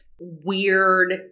weird